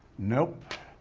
nope,